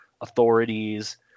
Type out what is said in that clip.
authorities